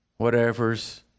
whatevers